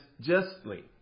justly